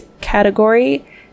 category